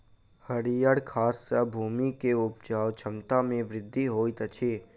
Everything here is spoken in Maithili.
हरीयर खाद सॅ भूमि के उपजाऊ क्षमता में वृद्धि होइत अछि